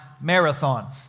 Marathon